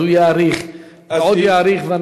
אז הוא יאריך ועוד יאריך,